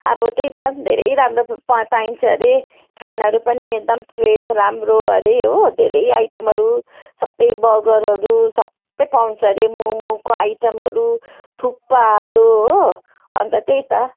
अब त्यही त धेरै राम्रो छ प प पाइन्छ अरे खानाहरू पनि एकदम फ्रेस राम्रो अरे हो धेरै आइटमहरू सब बर्गरहरू सब पाउँछ अरे ममको आइटमहरू थुक्पाहरू हो अन्त त्यही त